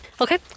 Okay